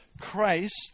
Christ